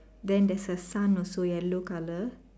then there's a sun also yellow colour